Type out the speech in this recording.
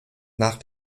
nach